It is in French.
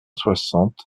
soixante